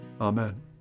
Amen